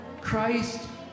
Christ